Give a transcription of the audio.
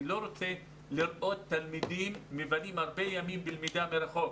אני לא רוצה לראות תלמידים מבלים ימים רבים בלמידה מרחוק.